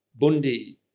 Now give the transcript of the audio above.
Bundi